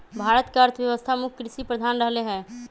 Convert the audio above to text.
भारत के अर्थव्यवस्था मुख्य कृषि प्रधान रहलै ह